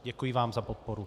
Děkuji vám za podporu.